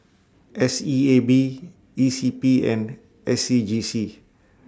S E A B E C P and S C G C